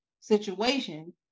situation